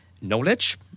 Knowledge